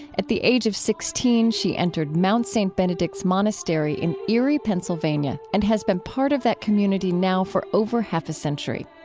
at the age of sixteen, she entered mount st. benedict's monastery in erie, pennsylvania, and has been part of that community now for over half a century.